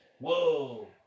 Whoa